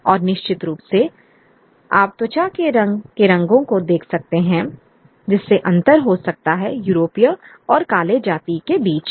और निश्चित रूप से आप त्वचा के रंग के रंगों को देख सकते हैं जिससे अंतर हो सकता है यूरोपीय और काले जाति के बीच में